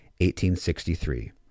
1863